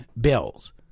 bills